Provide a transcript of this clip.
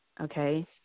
Okay